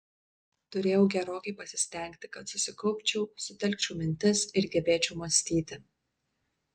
turėjau gerokai pasistengti kad susikaupčiau sutelkčiau mintis ir gebėčiau mąstyti